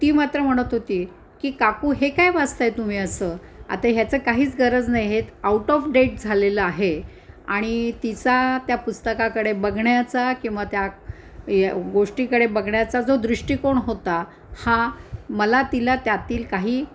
ती मात्र म्हणत होती की काकू हे काय वाचतांय तुम्ही असं आता ह्याचं काहीच गरज नाहीयेत आऊट ऑफ डेट झालेलं आहे आणि तिचा त्या पुस्तकाकडे बघण्याचा किंवा त्या गोष्टीकडे बघण्याचा जो दृष्टिकोण होता हा मला तिला त्यातील काही